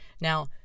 Now